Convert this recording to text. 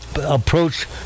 approach